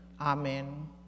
amen